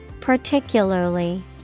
Particularly